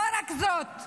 לא רק זאת,